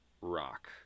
rock